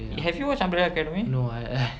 have you watch umbrella academy